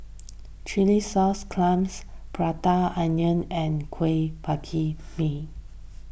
Chilli Sauce Clams Prata Onion and Kuih Bingka Ubi